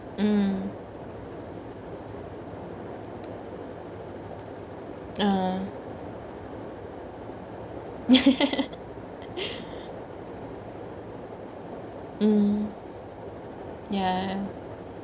mm ah mm ya